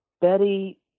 Betty